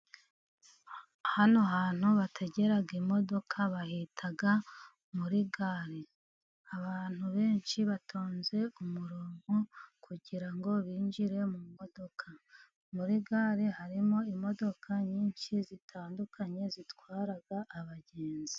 Hano hantu bategera imodoka bahita muri gare. Abantu benshi batonze umurongo kugira ngo binjire mu modoka. Muri gare harimo imodoka nyinshi zitandukanye zitwara abagenzi.